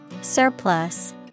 Surplus